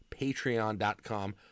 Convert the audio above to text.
patreon.com